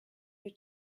you